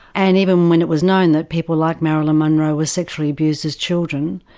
and even when it was known that people like marilyn monroe was sexually abused as children,